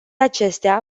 acestea